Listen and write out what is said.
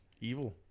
evil